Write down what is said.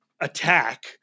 attack